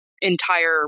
entire